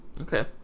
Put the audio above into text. Okay